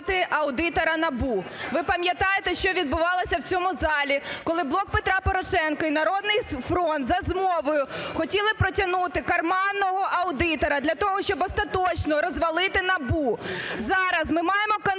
аудитора НАБУ. Ви пам'ятаєте, що відбувалося в цьому залі, коли "Блок Петра Порошенка" і "Народний фронт" за змовою хотіли протягнути "карманного" аудитора для того, щоб остаточно розвалити НАБУ. Зараз ми маємо